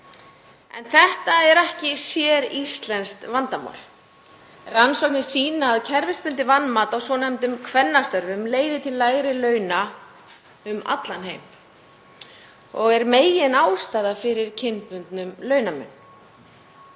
En þetta er ekki séríslenskt vandamál. Rannsóknir sýna að kerfisbundið vanmat á svonefndum kvennastörfum leiðir til lægri launa um allan heim og er meginástæðan fyrir kynbundnum launamun.